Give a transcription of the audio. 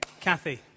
Kathy